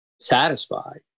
satisfied